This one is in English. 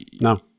no